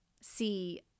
see